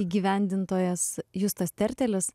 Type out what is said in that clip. įgyvendintojas justas tertelis